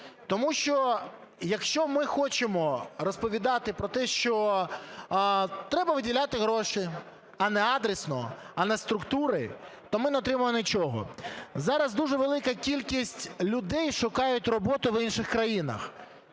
Тому що, якщо ми хочемо розповідати про те, що треба виділяти гроші, а неадресно, а на структури, то ми не отримаємо нічого. Зараз дуже велика кількість людей шукають роботу в інших країнах.